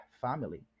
family